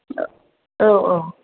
ओ औ औ